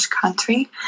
country